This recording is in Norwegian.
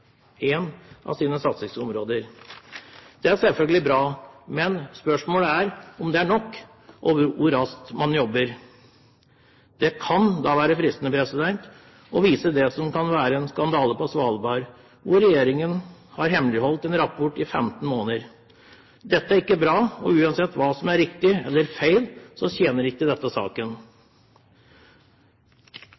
ett av sine satsingsområder. Det er selvfølgelig bra. Men spørsmålet er om det er nok, og hvor raskt man jobber. Det kan være fristende å vise til det som kan være en skandale på Svalbard, hvor regjeringen har hemmeligholdt en rapport i 15 måneder. Dette er ikke bra, og uansett hva som er riktig og feil, så tjener det ikke saken.